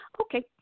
Okay